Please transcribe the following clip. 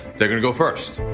they're gonna go first.